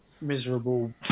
miserable